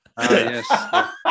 Yes